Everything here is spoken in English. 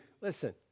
listen